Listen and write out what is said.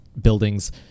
buildings